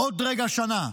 עוד רגע שנה.